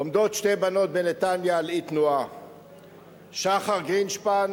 עומדות שתי בנות בנתניה על אי תנועה, שחר גרינשפן